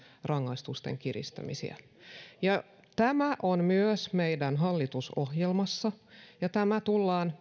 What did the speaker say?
rangaistusten kiristämisiä tämä on myös meidän hallitusohjelmassa ja tämä tullaan